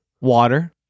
water